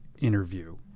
interview